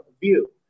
view